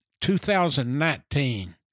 2019